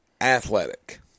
athletic